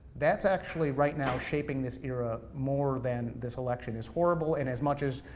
that's actually, right now, shaping this era more than this election, as horrible, and as much as,